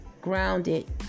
grounded